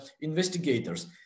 investigators